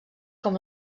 com